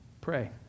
Pray